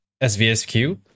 svsq